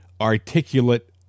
articulate